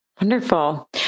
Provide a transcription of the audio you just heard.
Wonderful